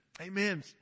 Amen